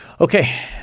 okay